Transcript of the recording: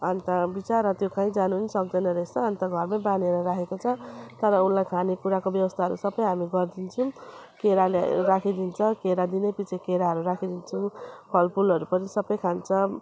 अन्त विचरा त्यो कहीँ जानु पनि सक्दैन रहेछ अन्त घरमै बाँधेर राखेको छ तर उसलाई खानेकुराको व्यवस्थाहरू सबै हामी गरिदिन्छौँ केरा ल्याएर राखिदिन्छौँ केराहरू दिनैपिछे केराहरू राखिदिन्छु फलफुलहरू पनि सबै खान्छ